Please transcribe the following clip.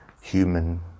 human